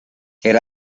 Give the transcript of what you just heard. era